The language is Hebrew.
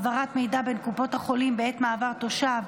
העברת מידע בין קופות החולים בעת מעבר תושב),